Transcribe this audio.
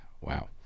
wow